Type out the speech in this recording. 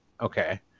Okay